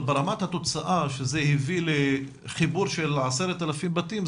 אבל ברמת התוצאה שזה הביא לחיבור של 10,000 בתים,